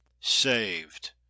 Saved